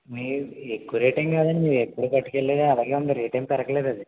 మీ ఎక్కువ రేటు ఏమి కాదు అండి ఇవి ఎప్పుడు పట్టుకెళ్లేవే అలాగే ఉంది రేటు అది పెరగలేదు అది